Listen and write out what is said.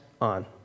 on